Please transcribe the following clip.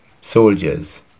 soldiers